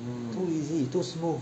too easy too smooth